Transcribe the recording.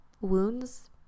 wounds